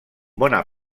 bona